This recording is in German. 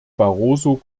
barroso